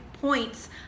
points